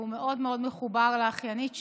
והוא מאוד מאוד מחובר לאחיינית שלו,